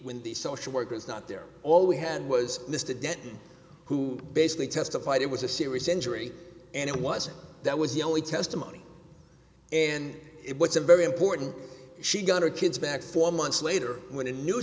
when the social workers not there all we had was mr denton who basically testified it was a serious injury and it wasn't that was the only testimony and it was a very important she got her kids back four months later when a new